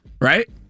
Right